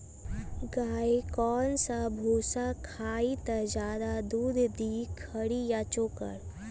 गाय कौन सा भूसा खाई त ज्यादा दूध दी खरी या चोकर?